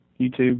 YouTube